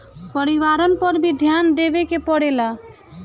परिवारन पर भी ध्यान देवे के परेला का?